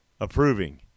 approving